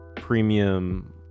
premium